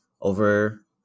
over